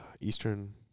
Eastern